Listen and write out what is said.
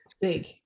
big